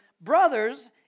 brothers